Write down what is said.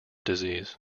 disease